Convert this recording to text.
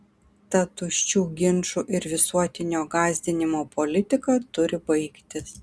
ta tuščių ginčų ir visuotinio gąsdinimo politika turi baigtis